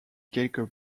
quelques